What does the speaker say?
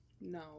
No